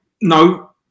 no